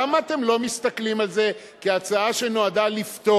למה אתם לא מסתכלים על זה כהצעה שנועדה לפתור?